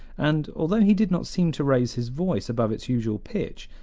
and, although he did not seem to raise his voice above its usual pitch,